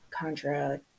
Contra